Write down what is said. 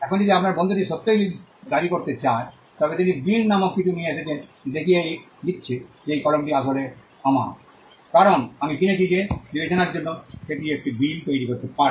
এখন যদি আপনার বন্ধুটি সত্যই দাবি করতে চায় তবে তিনি বিল নামক কিছু নিয়ে এসেছেন যা দেখিয়ে দিচ্ছে যে এই কলমটি আসলে আমার কারণ আমি কিনেছি সে বিবেচনার জন্য সে একটি বিল তৈরি করতে পারে